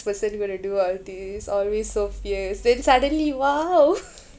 person going to do all these always so fierce then suddenly !wow!